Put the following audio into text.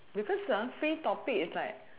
because free topic is like